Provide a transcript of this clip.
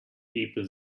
people